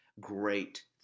great